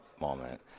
moment